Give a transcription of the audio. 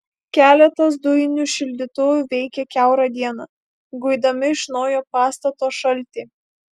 keletas dujinių šildytuvų veikė kiaurą dieną guidami iš naujo pastato šaltį